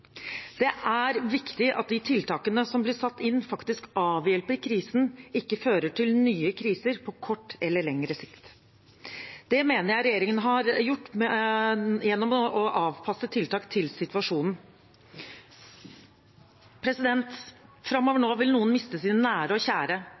Det er viktig at de tiltakene som blir satt inn, faktisk avhjelper krisen, ikke fører til nye kriser på kort eller lengre sikt. Det mener jeg regjeringen har gjort gjennom å avpasse tiltak til situasjonen. Framover